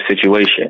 situation